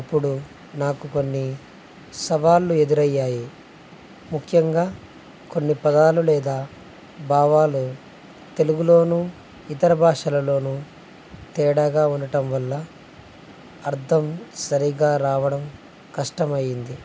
అప్పుడు నాకు కొన్ని సవాళ్ళు ఎదురయ్యాయి ముఖ్యంగా కొన్ని పదాలు లేదా భావాలు తెలుగులోనూ ఇతర భాషలలోనూ తేడాగా ఉండటం వల్ల అర్థం సరిగ్గా రావడం కష్టమైంది